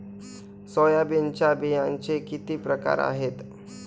सोयाबीनच्या बियांचे किती प्रकार आहेत?